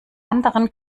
anderen